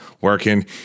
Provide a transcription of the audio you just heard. working